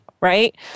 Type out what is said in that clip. right